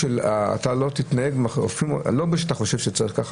אתה מתנהג ככה לא בגלל שאתה חושב שככה צריך,